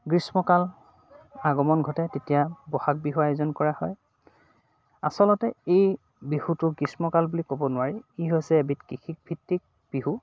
গ্ৰীষ্মকালৰ আগমন ঘটে তেতিয়া ব'হাগ বিহুৰ আয়োজন কৰা হয় আচলতে এই বিহুটো গ্ৰীষ্মকাল বুলি ক'ব নোৱাৰি ই হৈছে এবিধ কৃষিকভিত্তিক বিহু